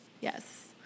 Yes